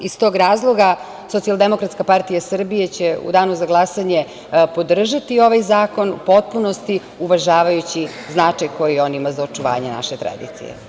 Iz tog razloga SDPS će u danu za glasanje podržati ovaj zakon u potpunosti, uvažavajući značaj koji on ima za očuvanje naše tradicije.